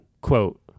quote